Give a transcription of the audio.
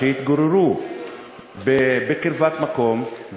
שהתגוררו בקרבת מקום,